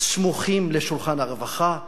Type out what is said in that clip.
סמוכים על שולחן הרווחה,